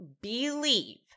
believe